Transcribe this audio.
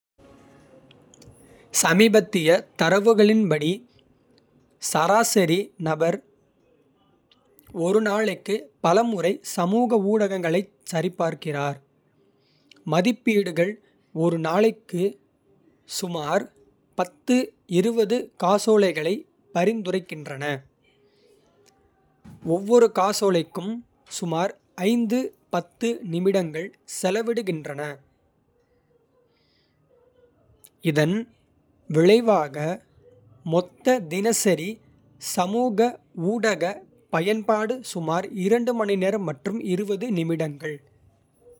சமீபத்திய தரவுகளின்படி சராசரி நபர் ஒரு நாளைக்கு. பல முறை சமூக ஊடகங்களைச் சரிபார்க்கிறார். மதிப்பீடுகள் ஒரு நாளைக்கு சுமார் காசோலைகளை. பரிந்துரைக்கின்றன ஒவ்வொரு காசோலைக்கும் சுமார். நிமிடங்கள் செலவிடுகின்றன இதன் விளைவாக. மொத்த தினசரி சமூக ஊடக பயன்பாடு சுமார். மணிநேரம் மற்றும் நிமிடங்கள்.